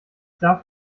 darf